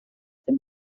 dem